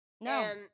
No